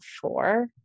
four